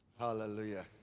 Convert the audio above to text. Hallelujah